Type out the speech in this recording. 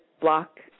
block